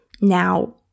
Now